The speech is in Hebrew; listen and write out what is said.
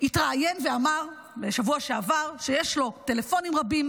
התראיין ואמר בשבוע שעבר שיש לו טלפונים רבים